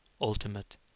ultimate